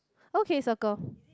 okay circle